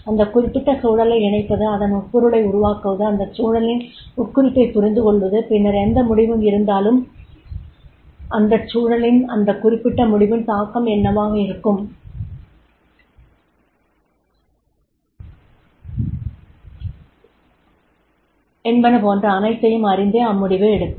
அந்த குறிப்பிட்ட சூழலை இணைப்பது அதன் உட்பொருளை உருவாக்குவது அந்த சூழலின் உட்குறிப்பைப் புரிந்துகொள்வது பின்னர் எந்த முடிவு இருந்தாலும் அந்த சூழலில் அந்த குறிப்பிட்ட முடிவின் தாக்கம் என்னவாக இருக்கும் என்பன போன்ற அனைத்தையும் அறிந்தே அம்முடிவை எடுப்பார்